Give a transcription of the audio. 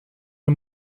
een